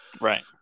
Right